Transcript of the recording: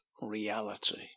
reality